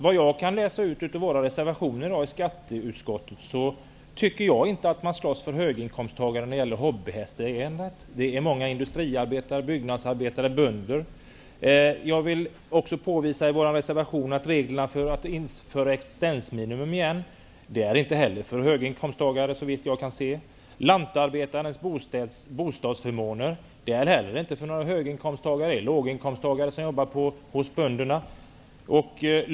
Vad jag kan läsa ut av våra reservationer till skatteutskottets betänkande, tycker jag inte att vi slåss för höginkomsttagare när det gäller hobbyhästägandet. Ägarna är ofta industriarbetare, byggnadsarbetare och bönder. Jag vill också från våra reservationer påvisa att reglerna för att införa existensminimum igen, så vitt jag kan se, inte heller är för höginkomsttagare. Lantarbetarnas bostadsförmåner gäller inte för höginkomsttagare, eftersom det är låginkomsttagare som jobbar hos bönderna.